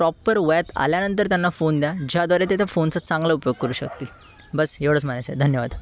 proper वयात आल्यानंतर त्यांना फोन द्या ज्याद्वारे ते त्या फोनचा चांगला उपयोग करू शकतील बस एवढंच म्हणायचं आहे धन्यवाद